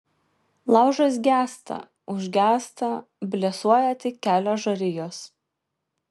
laužas gęsta užgęsta blėsuoja tik kelios žarijos